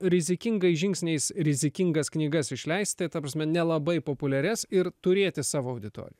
rizikingais žingsniais rizikingas knygas išleisti ta prasme nelabai populiarias ir turėti savo auditoriją